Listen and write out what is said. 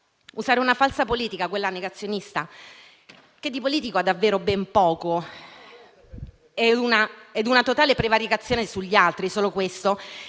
Usare una falsa politica, quella negazionista, che di politico ha davvero ben poco ed è una totale prevaricazione sugli altri, solo questo,